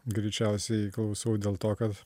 greičiausiai klausiau dėl to kad